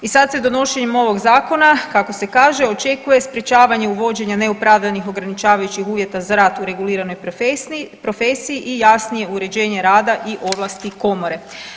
I sad se donošenjem ovog zakona kako kaže očekuje sprječavanje uvođenja neopravdanih ograničavajućih uvjeta za rad u reguliranoj profesiji i jasnije uređenje rada i ovlasti komore.